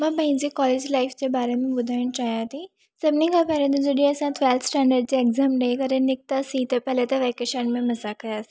मां पंहिंजे college life जे बारे में ॿुधाइणु चाहियां थी सभिनि खां पहिरियों त जॾहिं असां ट्वैल्थ स्टैंडर्ड जे एग्ज़ाम ॾेई करे निकितासीं त पहले त वैकेशन में मज़ा कयासीं